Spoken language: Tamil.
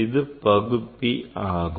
இது பகுப்பி ஆகும்